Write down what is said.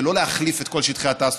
זה לא להחליף את כל שטחי התעסוקה,